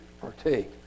partake